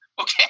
Okay